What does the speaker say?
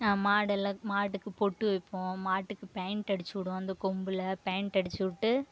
மாடெல்லாம் மாடுக்கு பொட்டு வைப்போம் மாட்டுக்கு பெயிண்ட் அடிச்சு விடுவோம் அந்த கொம்பில் பெயிண்ட் அடிச்சிவிட்டு